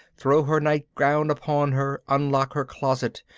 throw her nightgown upon her, unlock her closet,